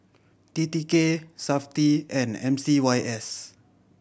T T K Safti and M C Y S